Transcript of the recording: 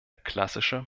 klassische